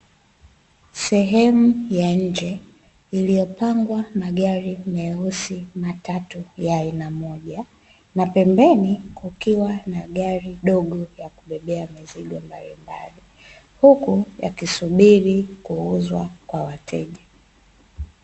Sehemu ya nje iliyopangwa magari meusi matatu ya aina moja, na pembeni kukiwa na gari dogo ya kubebea mizigo mbalimbali, huku yakisubiri kuuzwa kwa wateja.